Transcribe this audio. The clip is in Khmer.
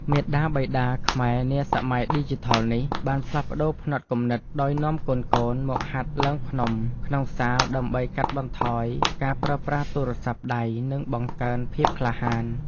មាតាបិតាខ្មែរនាសម័យឌីជីថលនេះ បានផ្លាស់ប្តូរផ្នត់គំនិតដោយនាំកូនៗមកហាត់ឡើងភ្នំក្នុងសាល ដើម្បីកាត់បន្ថយការប្រើប្រាស់ទូរស័ព្ទដៃ និងបង្កើនភាពក្លាហាន។